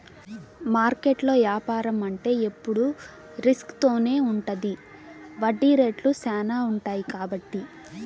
మార్కెట్లో యాపారం అంటే ఎప్పుడు రిస్క్ తోనే ఉంటది వడ్డీ రేట్లు శ్యానా ఉంటాయి కాబట్టి